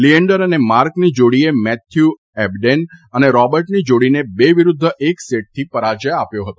લીએન્ડર અને માર્કની જાડીએ મેથ્યુ એબડેન અને રોબર્ટની જાડીને બે વિરૂદ્વ એક સેટથી પરાજય આપ્યો હતો